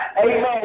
amen